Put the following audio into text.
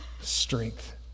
strength